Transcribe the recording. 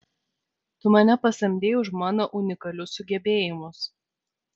tu mane pasamdei už mano unikalius sugebėjimus